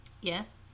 Yes